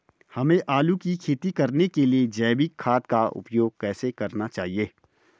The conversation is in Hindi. हमें आलू की खेती करने के लिए जैविक खाद का उपयोग कैसे करना चाहिए?